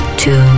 two